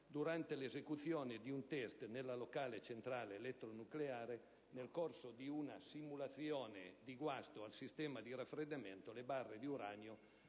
durante l'esecuzione di un test nella locale centrale elettronucleare, nel corso di una simulazione di guasto al sistema di raffreddamento, le barre di uranio